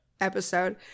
episode